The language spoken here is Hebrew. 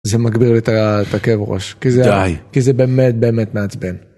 זה מגביר לי את הכאב ראש, כי זה באמת באמת מעצבן.